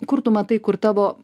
kur tu matai kur tavo